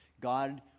God